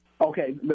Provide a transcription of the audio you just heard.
Okay